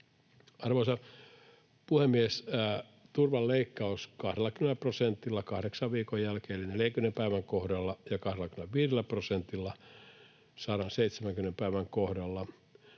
Arvoisa puhemies! Turvan leikkaus 20 prosentilla kahdeksan viikon jälkeen eli 40 päivän kohdalla ja 25 prosentilla 170 päivän kohdalla